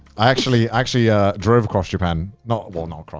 i actually actually ah drove across japan. not well, not across